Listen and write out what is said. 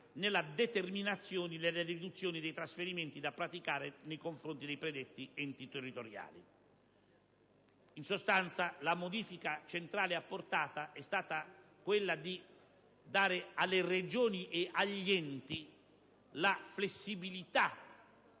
nella determinazione delle riduzioni dei trasferimenti da praticare nei confronti dei predetti enti territoriali. In sostanza, la modifica centrale apportata è stata nel senso di dare alle Regioni e agli enti flessibilità